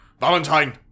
Valentine